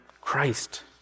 Christ